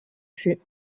fut